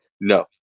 No